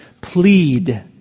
plead